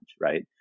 right